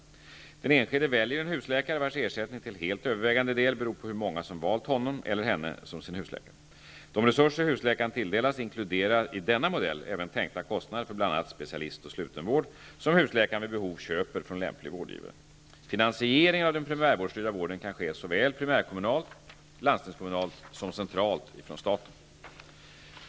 Den enskilde väljer en husläkare, vars ersättning till helt övervägande del beror på hur många som valt honom eller henne som sin husläkare. De resurser husläkaren tilldelas inkluderar i denna modell även tänkta kostnader för bl.a. specialist och slutenvård, som husläkaren vid behov köper från lämplig vårdgivare. Finansieringen av den primärvårdsstyrda vården kan ske såväl primärkommunalt eller landstingskommunalt som centralt av staten.